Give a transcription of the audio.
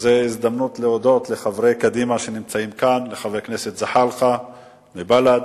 זו הזדמנות להודות לחברי קדימה שנמצאים כאן ולחבר הכנסת זחאלקה מבל"ד.